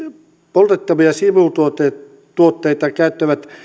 poltettavia sivutuotteita käyttävät